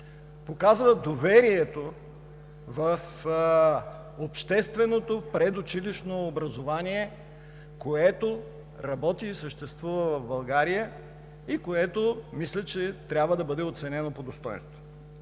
показва доверието в общественото предучилищно образование, което работи и съществува в България, и което, мисля, че трябва да бъде оценено по достойнство.